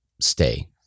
stay